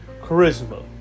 Charisma